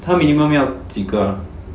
他 minimum 要几个 ah